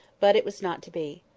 but it was not to be.